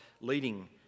leading